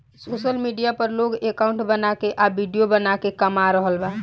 social media पर लोग account बना के आ विडिओ बना के कमा रहल बा